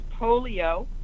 polio